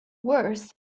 worse